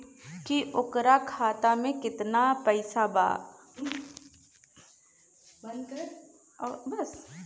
की ओकरा खाता मे कितना पैसा बा?